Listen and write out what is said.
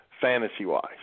fantasy-wise